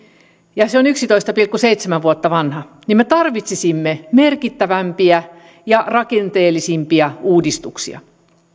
se on yksitoista pilkku seitsemän vuotta vanha niin me tarvitsisimme merkittävämpiä ja rakenteellisempia uudistuksia